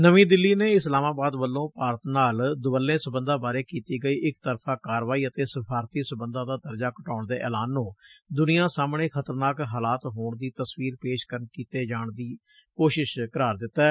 ਨਵੀ ਦਿੱਲੀ ਨੇ ਇਸਲਾਮਾਬਾਦ ਵੱਲੋ ਭਾਰਤ ਨਾਲ ਦੁਵੱਲੇ ਸਬੰਧਾਂ ਬਾਰੇ ਕੀਤੀ ਗਈ ਇਕਤਰਫ਼ਾ ਕਾਰਵਾਈ ਅਤੇ ਸਫਾਰਤੀ ਸਬੰਧਾਂ ਦਾ ਦਰਜਾ ਘਟਾਉਣ ਦੇ ਐਲਾਨ ਨੂੰ ਦੁਨੀਆਂ ਸਾਹਮਣੇ ਖਤਰਨਾਕ ਹਾਲਾਤ ਹੋਣ ਦੀ ਤਸਵੀਰ ਪੇਸ਼ ਕੀਤੇ ਜਾਣ ਦੀ ਕੋਸ਼ਿਸ਼ ਕਰਾਰ ਦਿਤੈ